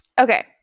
okay